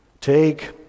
Take